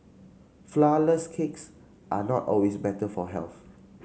flourless cakes are not always better for health